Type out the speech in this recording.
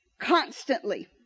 constantly